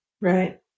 Right